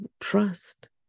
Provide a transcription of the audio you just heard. trust